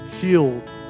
healed